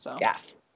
Yes